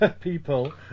people